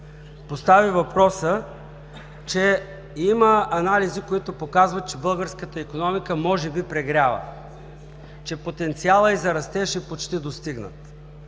постави въпроса, че има анализи, които показват, че българската икономика може би прегрява, че потенциалът й за растеж е почти достигнат.